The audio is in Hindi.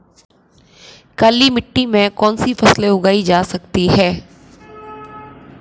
काली मिट्टी में कौनसी फसलें उगाई जा सकती हैं?